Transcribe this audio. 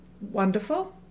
Wonderful